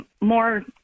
more